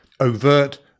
overt